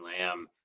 Lamb